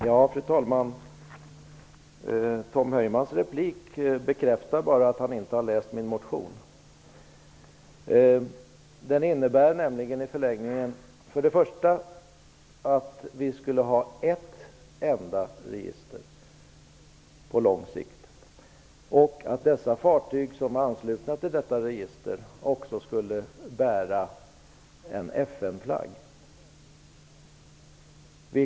Fru talman! Tom Heymans replik bekräftar bara att han inte har läst min motion. Den innebär nämligen i förlängningen att vi skall ha ett enda register på lång sikt och att de fartyg som är anslutna till detta register också skall bära en FN-flagga.